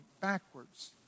backwards